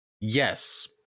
Yes